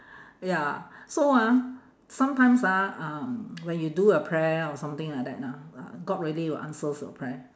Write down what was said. ya so ah sometimes ah um when you do a prayer or something like that ah ah god really will answers your prayer